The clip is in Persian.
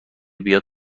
بیاد